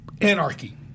anarchy